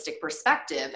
perspective